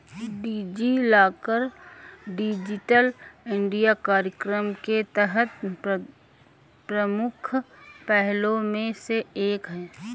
DigiLocker digital India कार्यक्रम के तहत प्रमुख पहलों में से एक है